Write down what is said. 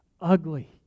ugly